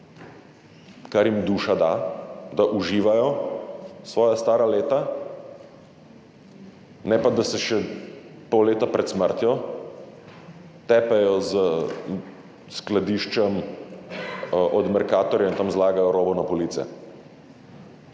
kar jim duša da, da uživajo svoja stara leta, ne pa da se še pol leta pred smrtjo tepejo s skladiščem od Mercatorja in tam zlagajo robo na police.